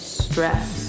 stress